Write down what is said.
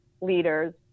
leaders